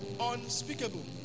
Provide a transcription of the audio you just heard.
unspeakable